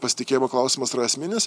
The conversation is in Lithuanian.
pasitikėjimo klausimas yra esminis